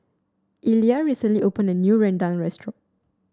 Illya recently opened a new rendang restaurant